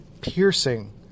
piercing